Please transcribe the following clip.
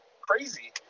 crazy